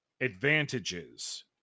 advantages